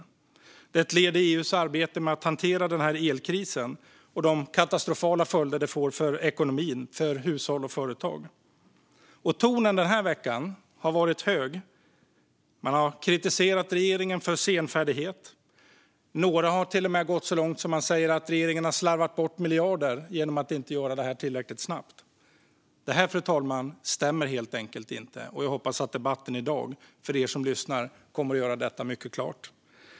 Detta är ett led i EU:s arbete med att hantera elkrisen och de katastrofala följder den får för ekonomin, för hushåll och för företag. Tonläget har varit högt den här veckan. Man har kritiserat regeringen för senfärdighet. Några har till och med gått så långt att de sagt att regeringen har slarvat bort miljarder genom att inte göra det här tillräckligt snabbt. Detta, fru talman, stämmer helt enkelt inte, och jag hoppas att debatten i dag kommer att göra det mycket klart för er som lyssnar.